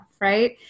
right